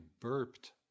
burped